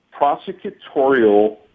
prosecutorial